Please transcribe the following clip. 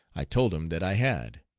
i told him that i had.